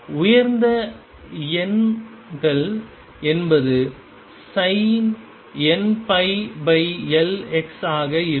உயர்ந்த n கள் என்பது sin nπL x ஆக இருக்கும்